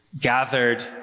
Gathered